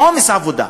עמוס עבודה.